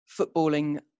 footballing